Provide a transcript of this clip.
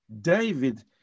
David